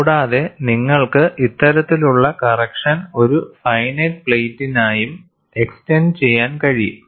കൂടാതെ നിങ്ങൾക്ക് ഇത്തരത്തിലുള്ള കറക്ക്ഷൻ ഒരു ഫൈനൈറ്റ് പ്ലേറ്റിനായും എക്സ്ടെന്റ് ചെയ്യാൻ കഴിയും